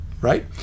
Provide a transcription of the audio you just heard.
Right